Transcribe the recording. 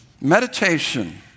Meditation